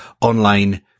online